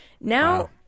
Now